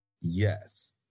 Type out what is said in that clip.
Yes